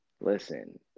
Listen